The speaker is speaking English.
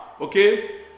okay